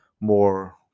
more